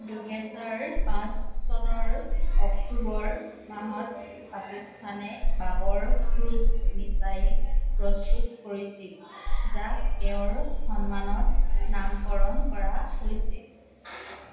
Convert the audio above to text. দুহেজাৰ পাঁচ চনৰ অক্টোবৰ মাহত পাকিস্তানে বাবৰ ক্ৰুজ মিছাইল প্ৰস্তুত কৰিছিল যাক তেওঁৰ সন্মানত নামকৰণ কৰা হৈছিল